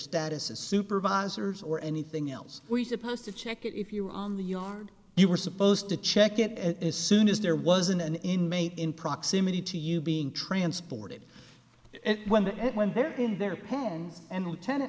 status as supervisors or anything else we supposed to check if you were on the yard you were supposed to check it as soon as there was an inmate in proximity to you being transported and when the end when they're in their hands and